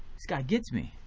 this guy gets me.